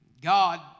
God